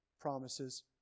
promises